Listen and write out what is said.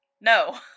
No